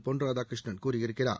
பொன் ராதாகிருஷ்ணன் கூறியிருக்கிறார்